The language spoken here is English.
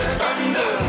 thunder